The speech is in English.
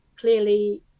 clearly